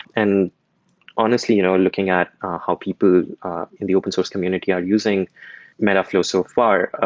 and honestly, you know looking at how people in the open source community are using metaflow so far, ah